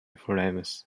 flames